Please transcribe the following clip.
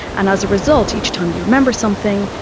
and as a result, each time you remember something,